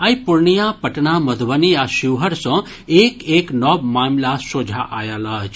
आइ पूर्णिया पटना मधुबनी आ शिवहर सॅ एक एक नव मामिला सोझा आयल अछि